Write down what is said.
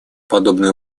подобный